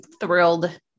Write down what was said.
thrilled